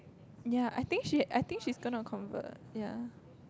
ya I think she I think she's gonna convert ya